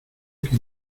que